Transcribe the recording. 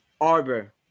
Arbor